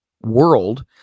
world